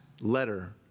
letter